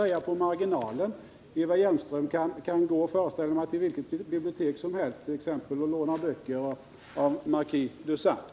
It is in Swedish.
Jag föreställer mig att Eva Hjelmström kan gå till vilket bibliotek som helst och låna t.ex. böcker av markis de Sade.